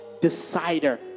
decider